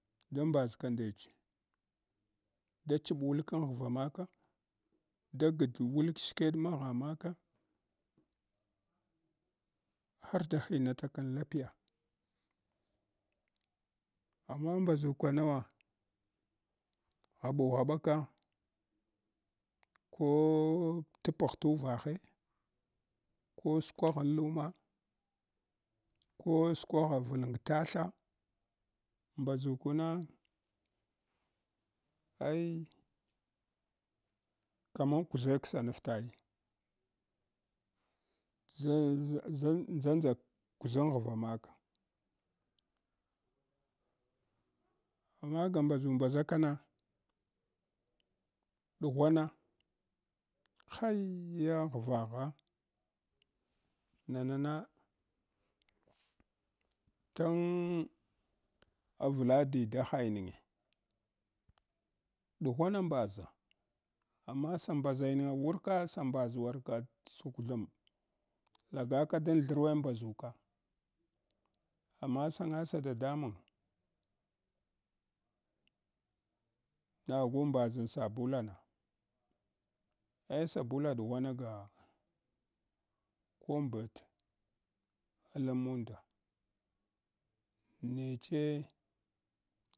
Da mbaʒka ndech, da chiɓ wulkan ghva maka, da gad wulk skeɗ maghan maka har da hinatakan lapiya amma mbaʒukanawa ghaɓughaɓaka ko t’ pagh tuvahe ko skwaghan luma, ko skwagha valg talha mbaʒukuna ai ndʒandʒa kuʒan ghva maka amma ga mbaʒu mbaʒakana ɗughwana haiya ghi agha nana na tang avla diɗahainge dughwama mhaʒa amma sa mhaʒainga wurka sa mbaʒ warka tsukwtham lagaka dan tharwe mbaʒuka amma sangasa dadamang magu mbaʒan sabulana eh saɓuda ɗughwana ga ko mbet alan munda neche.